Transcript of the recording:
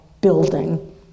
building